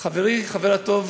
חברי הטוב